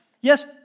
Yes